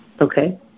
Okay